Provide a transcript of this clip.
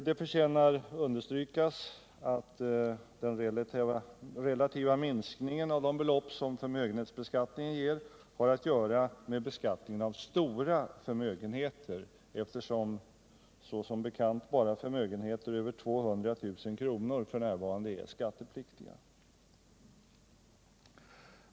Det förtjänar understrykas att den relativa minskningen av de belopp som förmögenhetsbeskattningen ger har att göra med beskattningen av stora förmögenheter, eftersom som bekant bara förmögenheter över 200 000 kr. f.n. är skattepliktiga.